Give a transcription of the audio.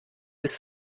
ist